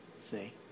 See